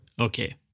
Okay